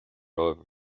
romhaibh